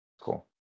cool